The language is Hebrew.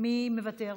מי מוותר פה?